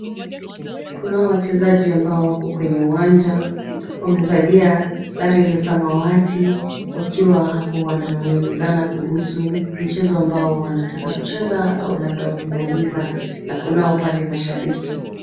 Kunao wachezaji ambao wako kwenye uwanja. Wamevalia sare za samawati wakiwa hapo wananong'onezana kuhusu mchezo ambao wanataka kucheza au wamemaliza. Na kunao pale mashabiki.